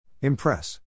Impress